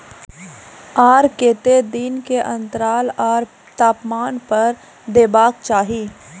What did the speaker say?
आर केते दिन के अन्तराल आर तापमान पर देबाक चाही?